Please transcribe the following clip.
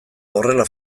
horrela